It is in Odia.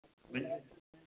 ବୁଝିଲେ